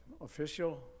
official